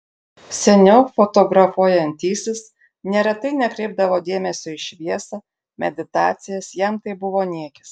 seniau fotografuojantysis neretai nekreipdavo dėmesio į šviesą meditacijas jam tai buvo niekis